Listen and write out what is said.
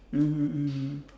mmhmm mmhmm